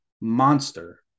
monster